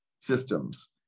Systems